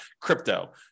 crypto